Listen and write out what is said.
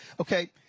okay